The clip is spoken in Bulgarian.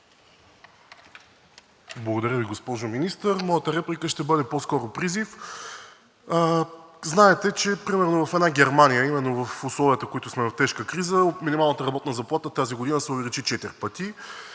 Благодаря Ви, госпожо Министър. Моята реплика ще бъде по-скоро призив. Знаете, че примерно в една Германия, а именно в условията на тежка криза минималната работна заплата се увеличи четири пъти.